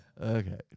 Okay